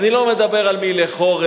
אני לא מדבר על מעילי חורף,